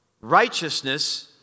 righteousness